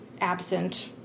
absent